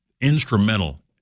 instrumental